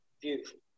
beautiful